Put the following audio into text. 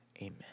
Amen